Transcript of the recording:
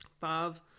five